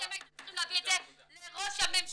אתם הייתם צריכים להביא את זה לראש הממשלה,